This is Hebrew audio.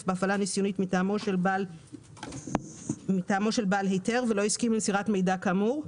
בהפעלה ניסיונית מטעמו של בעל היתר ולא הסכים למסירת מידע כאמור,